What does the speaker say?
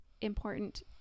important